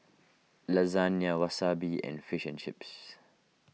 Lasagne Wasabi and Fish and Chips